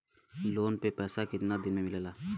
Loan के पैसा कितना दिन मे मिलेला?